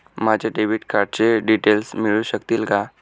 माझ्या डेबिट कार्डचे डिटेल्स मिळू शकतील का?